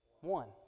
One